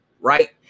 Right